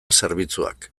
zerbitzuak